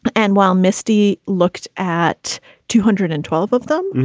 and while misty looked at two hundred and twelve of them,